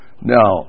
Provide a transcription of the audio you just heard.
Now